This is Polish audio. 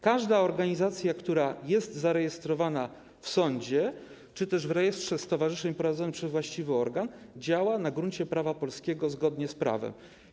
Każda organizacja, która jest zarejestrowana w sądzie czy też w rejestrze stowarzyszeń prowadzonym przez właściwy organ, działa na gruncie prawa polskiego, zgodnie z prawem.